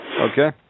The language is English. Okay